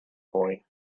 boy